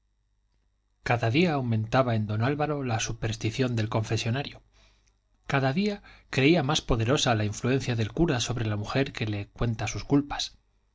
cada día aumentaba en don álvaro la superstición del confesonario cada día creía más poderosa la influencia del cura sobre la mujer que le cuenta sus culpas y